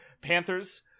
Panthers